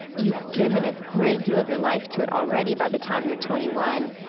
you've given a great deal of your life to it already by the time you're twenty one,